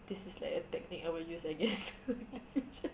this is like a technique I will use I guess in the future